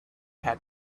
had